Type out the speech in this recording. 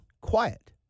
quiet